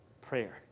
prayer